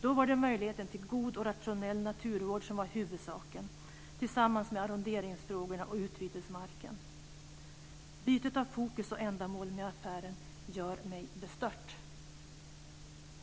Då var det möjligheten till god och rationell naturvård som var huvudsaken tillsammans med arronderingsfrågorna och utbytesmarken. Bytet av fokus och ändamål för affären gör mig bestört!